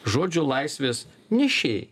žodžio laisvės nešėjai